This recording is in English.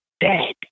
dead